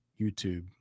youtube